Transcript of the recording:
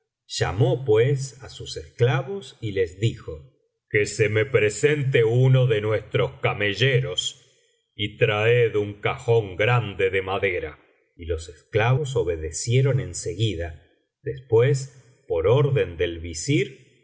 llamó pues á sus esclavos y les dijo que se me presente uno de nuestros camelleros y traed un cajón grande de madera y los esclavos obedecieron en seguida después por orden del visir